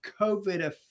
COVID